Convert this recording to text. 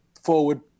forward